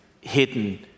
hidden